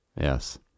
yes